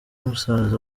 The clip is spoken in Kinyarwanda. musaza